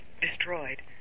destroyed